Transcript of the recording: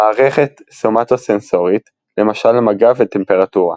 מערכת סומטו-סנסורית למשל מגע וטמפרטורה.